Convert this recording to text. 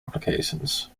applications